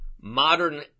modern